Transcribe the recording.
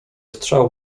strzał